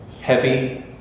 Heavy